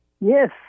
Yes